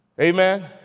Amen